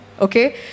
Okay